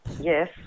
yes